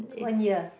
one year